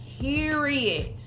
period